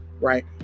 right